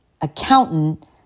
accountant